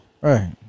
Right